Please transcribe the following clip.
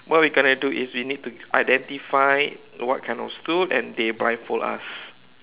what we gonna do is we need to identify what kind of stool and they blindfold us